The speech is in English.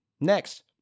Next